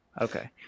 Okay